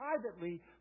privately